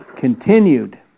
continued